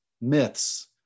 myths